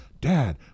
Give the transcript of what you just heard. dad